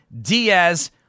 Diaz